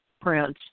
Prince